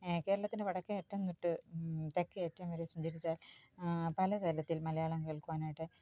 കേരളത്തിൻ്റെ വടക്കേയറ്റം തൊട്ട് തെക്കേയറ്റം വരെ സഞ്ചരിച്ചാൽ പലതരത്തിൽ മലയാളം കേൾക്കുവാനായിട്ട്